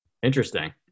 Interesting